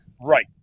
Right